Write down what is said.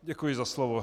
Děkuji za slovo.